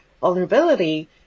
vulnerability